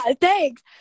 thanks